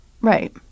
Right